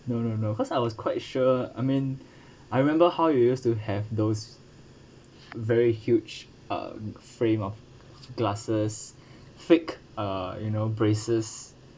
no no no cause I was quite sure I mean I remember how you used to have those very huge uh frame of glasses thick uh you know braces